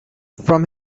from